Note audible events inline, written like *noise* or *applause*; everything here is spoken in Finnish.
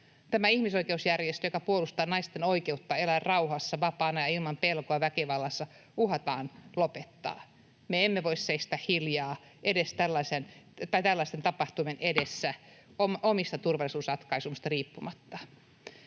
Tämä ihmisoikeusjärjestö, joka puolustaa naisten oikeutta elää rauhassa, vapaana ja ilman pelkoa väkivallasta, uhataan lopettaa. Me emme voi seistä hiljaa tällaisten tapahtumien edessä *noise* omista turvallisuusratkaisusta riippumatta.